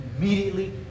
immediately